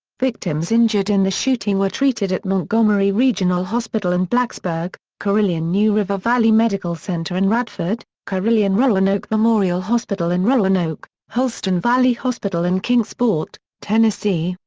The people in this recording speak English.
victims injured in the shooting were treated at montgomery regional hospital in blacksburg, carilion new river valley medical center in radford, carilion roanoke memorial hospital in roanoke, holston valley hospital in kingsport, tennessee,